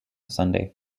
sunday